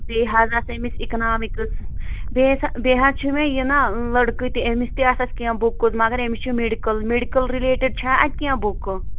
بیٚیہِ حظ آس أمِس اِکنامِکٕس بیٚیہِ آس بیٚیہِ حظ چھِ مےٚ یہِ نا لڑکہٕ تہِ أمِس تہِ آسہٕ اَسہِ کیٚنٛہہ بُکٕس مگر أمِس چھِ میڈِکٕل میڈِکٕل رِلیٹِڈ چھا اَتہِ کیٚنٛہہ بُکہٕ